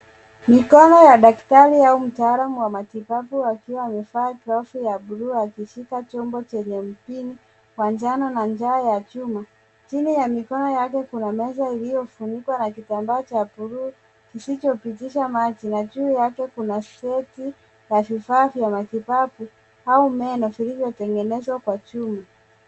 Mkono wa daktari au mtaalamu wa matibabu akiwa amevaa glavu ya buluu akishika chombo chenye mpini wa njano na ncha ya chuma. Chini ya mikono yake kuna meza iliyofunikwa na kitambaa cha buluu kisichopitisha maji na juu yake kuna seti ya vifaa vya matibabu au meno vilivyotengenezwa kwa chuma.